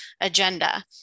agenda